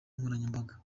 nkoranyambaga